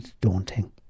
daunting